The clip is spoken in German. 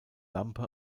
lampe